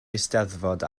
eisteddfod